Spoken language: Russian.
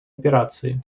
операции